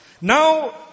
Now